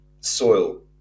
soil